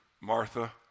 Martha